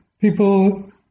people